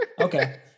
Okay